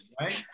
right